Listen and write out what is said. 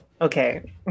okay